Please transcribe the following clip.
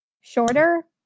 shorter